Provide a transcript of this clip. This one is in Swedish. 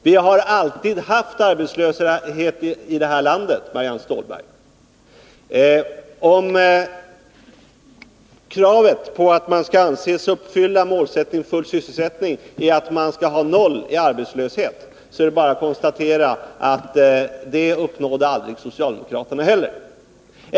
Vi har alltid haft arbetslöshet i det här landet, Marianne Stålberg. Om kravet på att man skall anses uppfylla önskemålet om full sysselsättning är att man skall ha noll människor i arbetslöshet, så är det bara att konstatera att socialdemokraterna heller aldrig uppnådde det målet.